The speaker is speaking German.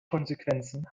konsequenzen